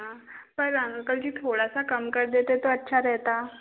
अच्छा पर अंकल जी थोड़ा सा कम कर देते तो अच्छा रहता